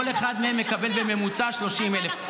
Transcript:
כל אחד מהם מקבל בממוצע 30,000. אותי אתה לא צריך לשכנע.